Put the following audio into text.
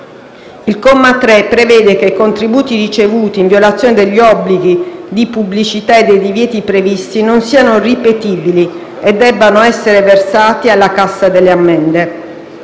Il comma 3 prevede che i contributi ricevuti in violazione degli obblighi di pubblicità o dei divieti previsti non siano ripetibili e debbano essere versati alla cassa delle ammende.